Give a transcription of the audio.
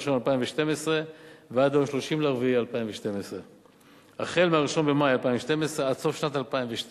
2012 ועד ליום 30 באפריל 2012. החל ב-1 במאי 2012 ועד סוף שנת 2012